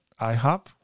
IHOP